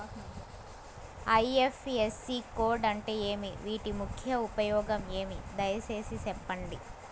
IFSC code అంటే ఏమి? వీటి ముఖ్య ఉపయోగం ఏమి? దయసేసి సెప్పండి?